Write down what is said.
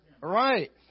right